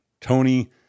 Tony